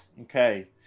okay